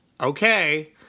okay